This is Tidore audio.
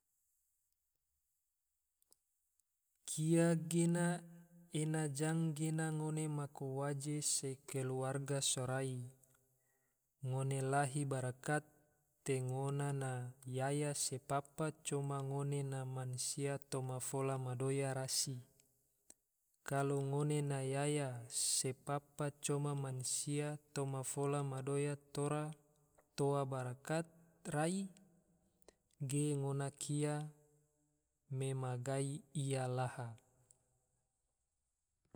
Kia gena, ena jang gena ngone maku waje se keluarga sorai, ngone lahi barakat te ona na yaya se papa, coma ngone na mansia toma fola ma doya rasi, kalo ngone na yaya se papa coma mansia toma fola ma doya tora toa barakat rai, ge ngona kia me ma gai ia laha